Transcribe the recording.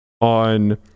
on